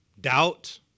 doubt